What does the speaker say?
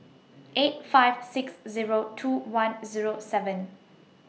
eight five six Zero two one Zero seven